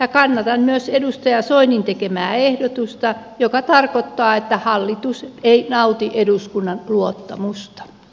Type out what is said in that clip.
kannatan myös edustaja soinin tekemää ehdotusta joka tarkoittaa että hallitus ei nauti eduskunnan luottamusta